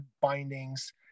bindings